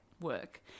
work